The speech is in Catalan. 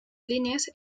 línies